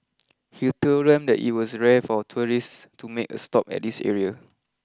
he told them that it was rare for tourists to make a stop at this area